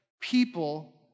people